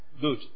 Good